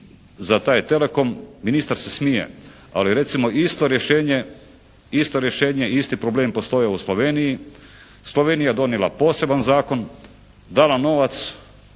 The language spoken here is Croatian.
za taj Telekom. Ministar se smije! Ali recimo isto rješenje, isti problem je postojao u Sloveniji. Slovenija je donijela poseban zakon, dala novac